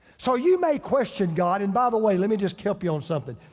so you may question god, and by the way, let me just help y'all on something.